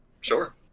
Sure